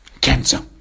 cancer